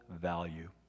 value